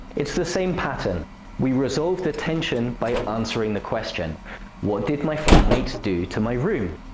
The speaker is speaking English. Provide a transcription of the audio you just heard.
it's the same pattern we resolve the tension by answering the question what did my flatmates do to my room?